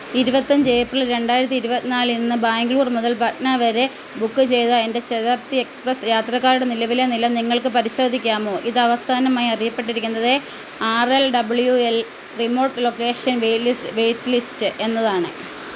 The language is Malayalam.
ഇരുപത്തഞ്ച് ഏപ്രിൽ രണ്ടായിരത്തി ഇരുപത്തിനാല് ഇന്ന് ബാംഗ്ലൂർ മുതൽ പട്ന വരെ ബുക്ക് ചെയ്ത എൻ്റെ ശതാബ്ദി എക്സ്പ്രസ്സ് യാത്രക്കാരുടെ നിലവിലെ നില നിങ്ങൾക്ക് പരിശോധിക്കാമോ ഇത് അവസാനമായി അറിയപ്പെട്ടിരിക്കുന്നത് R L W L remote location waitlist എന്നതാണ്